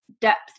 depth